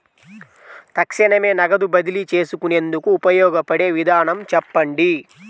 తక్షణమే నగదు బదిలీ చేసుకునేందుకు ఉపయోగపడే విధానము చెప్పండి?